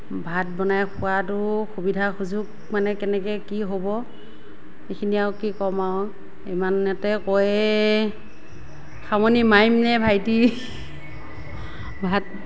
ভাত বনাই খোৱাতো সুবিধা সুযোগ মানে কেনেকৈ কি হ'ব এইখিনি আৰু কি কয় আৰু ইমানতে কৈয়ে সামৰণি মাৰিমনে ভাইটি ভাত